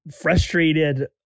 frustrated